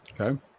Okay